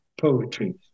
poetry